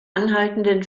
anhaltenden